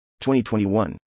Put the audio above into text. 2021